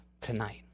tonight